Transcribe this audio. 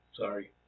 Sorry